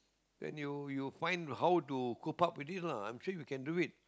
and you you find how to coop up with it lah I'm sure you can do it